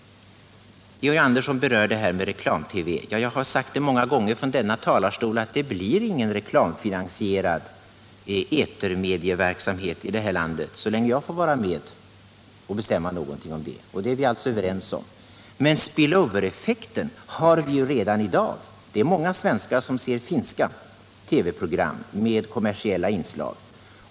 Georg Andersson nämnde reklam-TV. Jag har sagt många gånger från denna talarstol att det blir ingen reklamfinansierad etermedieverksamhet i det här landet så länge jag får vara med och bestämma någonting om det. Detta är vi alltså ense om. Spill-over-effekten har vi redan i dag. Många svenskar ser finska TV program med kommersiella inslag.